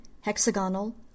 hexagonal